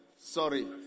sorry